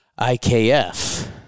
IKF